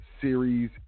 series